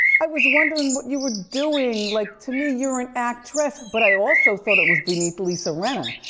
i was wondering what you were doing, like to me you're an actress, but i also thought it was beneath lisa rinna,